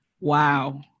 wow